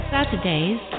Saturdays